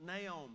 Naomi